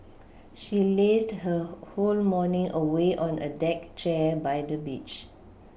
she lazed her whole morning away on a deck chair by the beach